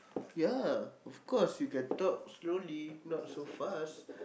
ya of course you can talk slowly not so fast